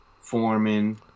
Foreman